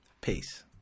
Peace